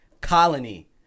Colony